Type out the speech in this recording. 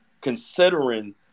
considering